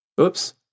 Oops